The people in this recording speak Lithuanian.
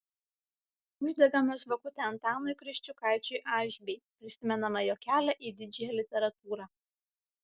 uždegame žvakutę antanui kriščiukaičiui aišbei prisimename jo kelią į didžiąją literatūrą